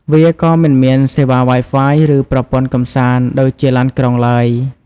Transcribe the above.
វាក៏មិនមានសេវា Wi-Fi ឬប្រព័ន្ធកម្សាន្តដូចជាឡានក្រុងឡើយ។